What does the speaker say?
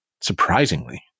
Surprisingly